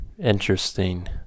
interesting